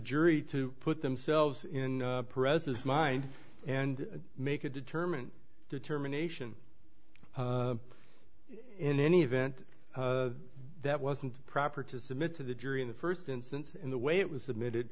jury to put themselves in the presence of mind and make a determined determination in any event that wasn't proper to submit to the jury in the first instance in the way it was submitted